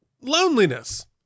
Loneliness